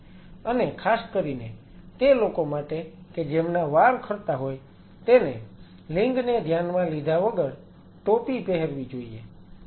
અને ખાસ કરીને તે લોકો માટે કે જેમના વાળ ખરતા હોય તેને લિંગને ધ્યાનમાં લીધા વગર ટોપી પહેરવી જોઈએ